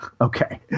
okay